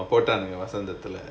போட்டாங்க:pottaanga vasantham leh